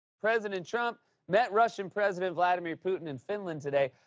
president trump met russian president vladimir putin in finland today,